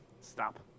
Stop